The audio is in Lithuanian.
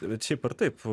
bet šiaip ar taip